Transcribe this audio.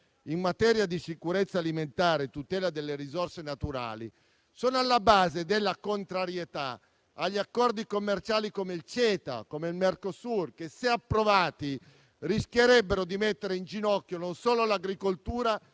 in materia di sicurezza alimentare e tutela delle risorse naturali è alla base della contrarietà ad accordi commerciali come il CETA o come il Mercosur che, se approvati, rischierebbero di mettere in ginocchio non solo l'agricoltura,